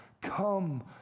come